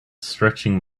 stretching